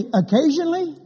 occasionally